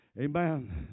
amen